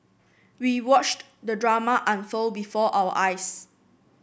we watched the drama unfold before our eyes